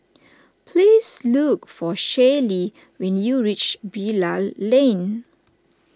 please look for Shaylee when you reach Bilal Lane